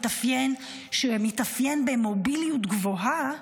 שמתאפיין במוביליות גבוהה,